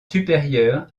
supérieur